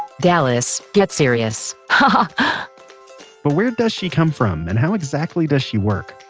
dallas get serious, haha but where does she come from and how exactly does she work?